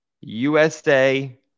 USA